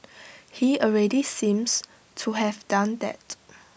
he already seems to have done that